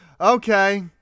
okay